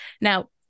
Now